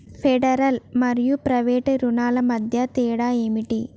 Federal మరియు private రుణాల మధ్య తేడా ఏమిటి?